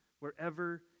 wherever